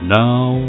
now